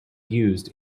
used